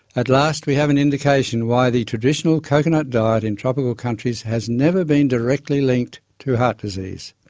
at last we have an indication why the traditional coconut diet in tropical countries has never been directly linked to heart disease.